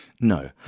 No